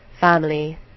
family